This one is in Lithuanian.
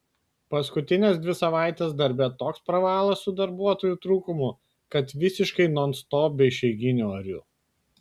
paskutines dvi savaites darbe toks pravalas su darbuotojų trūkumu kad visiškai nonstop be išeiginių ariu